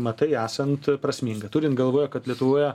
matai esant prasminga turint galvoj kad lietuvoje